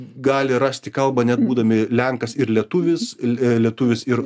gali rasti kalbą net būdami lenkas ir lietuvis lietuvis ir